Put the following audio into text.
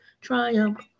triumph